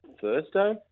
Thursday